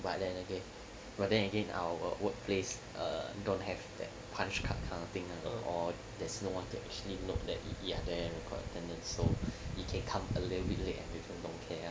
but then again but then again our workplace err don't have that punch card kind of thing lah or there's no one to actually look at you're there and record attendance so you can come a little bit late and people don't care [one]